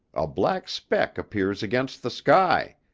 a black speck appears against the sky,